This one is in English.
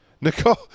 Nicole